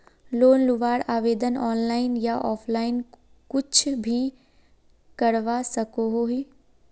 Loan लुबार आवेदन online या ऑफलाइन कुछ भी करवा सकोहो ही?